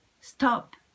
Stop